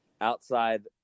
outside